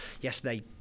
yesterday